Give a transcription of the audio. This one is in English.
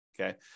Okay